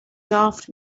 laughed